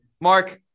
Mark